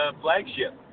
flagship